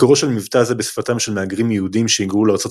מקורו של מבטא זה בשפתם של מהגרים יהודים שהיגרו לארצות